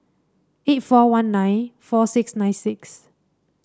eight four one nine four six nine six